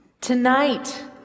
Tonight